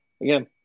again